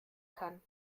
kann